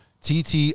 TT